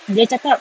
dia cakap